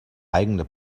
eigene